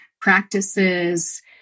practices